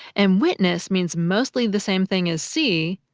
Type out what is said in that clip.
and witness means mostly the same thing as see,